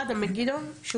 זה